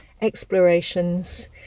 explorations